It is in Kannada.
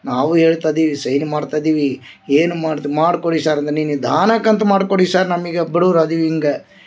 ನಾವು ಹೇಳ್ತಾ ಅದೀವಿ ಸೈನ್ ಮಾಡ್ತಾ ಅದೀವಿ ಏನು ಮಾಡ್ತ ಮಾಡ್ಕೊಡಿ ಸಾರ್ ನಮಗೆ ದಾನಕಂತ ಮಾಡ್ಕೊಡಿ ಸಾರ್ ನಮಗೆ ಬಡುವ್ರ ಅದೀವಿ ಹಿಂಗ